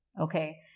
okay